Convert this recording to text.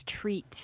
treat